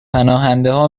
پناهندهها